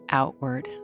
outward